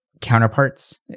counterparts